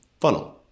Funnel